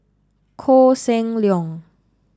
Koh Seng Leong